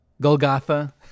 Golgotha